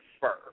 fur